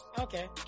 okay